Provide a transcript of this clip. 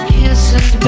kisses